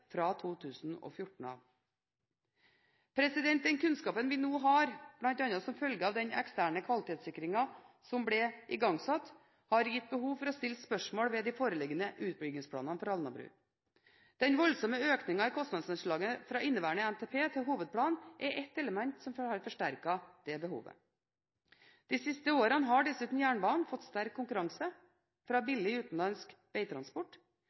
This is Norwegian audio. fra 2014. Den kunnskapen vi nå har, bl.a. som følge av den eksterne kvalitetssikringen som ble igangsatt, har gitt behov for å stille spørsmål ved de foreliggende utbyggingsplanene for Alnabru. Den voldsomme økningen i kostnadsanslaget fra inneværende NTP til hovedplan er ett element som har forsterket det behovet. De siste årene har dessuten jernbanen fått sterk konkurranse fra billig utenlandsk veitransport.